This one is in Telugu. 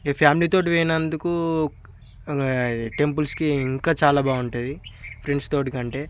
ఇక ఫ్యామిలీతో పోయినందుకు టెంపుల్స్కి ఇంకా చాలా బాగుంటుంది ఫ్రెండ్స్తో కంటే